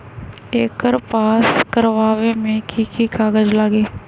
एकर पास करवावे मे की की कागज लगी?